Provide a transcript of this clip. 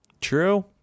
True